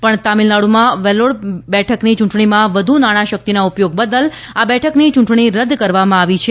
પણ તામીલનાડુમાં વેલ્લોર બેઠકની ચૂંટણીમાં વ્ધુ નાણાં શક્તિના ઉપયોગ બદલ આ બેઠકની ચૂંટણી રદ કરવામાં આવી હતી